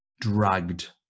dragged